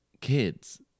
kids